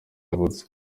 yavutse